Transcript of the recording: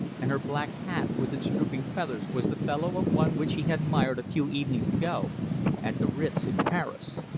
and her black hat with its drooping feathers was the fellow of one which he had admired a few evenings ago at the ritz in paris.